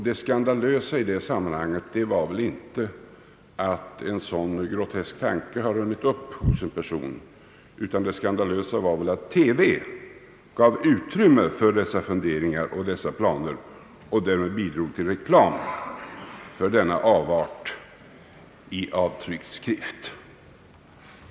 Det skandalösa i det sammanhanget var väl inte att en sådan grotesk tanke har runnit upp hos en person, utan det skandalösa var att TV gav utrymme för dessa funderingar och därmed bidrog till reklam för denna avart av tryckt skrift.